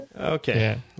okay